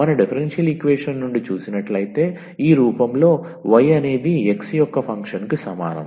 మన differential equation నుండి చూసినట్లైతే ఈ రూపంలో y అనేది x యొక్క ఫంక్షన్కు సమానం